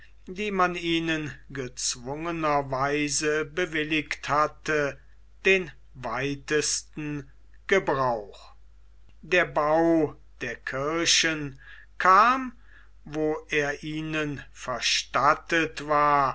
die man ihnen gezwungener weise bewilligt hatte den weitesten gebrauch der bau der kirchen kam wo er ihnen verstattet war